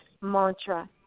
mantra